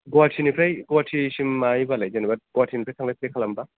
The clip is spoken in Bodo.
गुवाहाटिनिफ्राय गुवाहाटिसिमबालाय जेनेबा गुवाहाटिनिफ्राय थांलाय फैलाय खालामब्ला